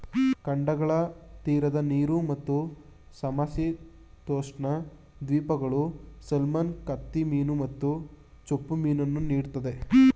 ಖಂಡಗಳ ತೀರದ ನೀರು ಮತ್ತು ಸಮಶೀತೋಷ್ಣ ದ್ವೀಪಗಳು ಸಾಲ್ಮನ್ ಕತ್ತಿಮೀನು ಮತ್ತು ಚಿಪ್ಪುಮೀನನ್ನು ನೀಡ್ತದೆ